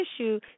issue